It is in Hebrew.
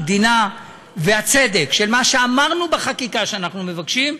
המדינה והצדק של מה שאמרנו בחקיקה שאנחנו מבקשים,